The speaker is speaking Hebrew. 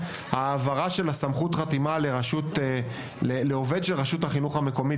ההעברה של סמכות החתימה לעובד של רשות החינוך המקומית